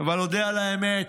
אבל נודה על האמת,